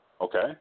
Okay